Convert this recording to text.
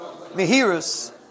Mihirus